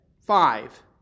Five